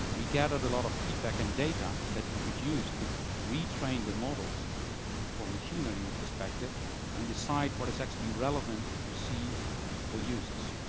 we gathered a lot of feedback and data that we could use to retrain the models for machine learning perspective and decide what is actually relevant to see for users.